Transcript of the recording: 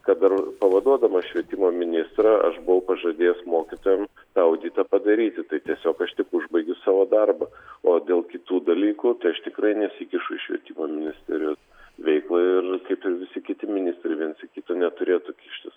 kad dar pavaduodamas švietimo ministrą aš buvau pažadėjęs mokytojam tą auditą padaryti tai tiesiog aš tik užbaigiu savo darbą o dėl kitų dalykų tai aš tikrai nesikišu į švietimo ministerijos veiklą ir kaip ir visi kiti ministrai viens į kito neturėtų kištis